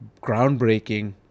groundbreaking